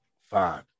Fine